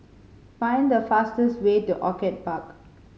find the fastest way to Orchid Park